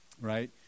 right